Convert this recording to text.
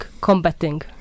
combating